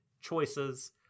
choices